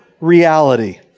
reality